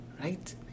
right